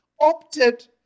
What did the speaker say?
opted